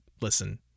listen